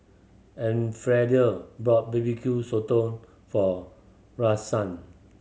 Elfrieda bought B B Q Sotong for Rosann